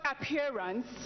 appearance